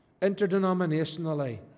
interdenominationally